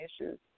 issues